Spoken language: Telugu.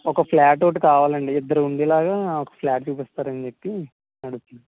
ఒక ఫ్లాట్ ఒకటి కావాలండి ఇద్దరు ఉండేలాగా ఫ్లాట్ చూపిస్తారని చెప్పి అడుగుతున్నాను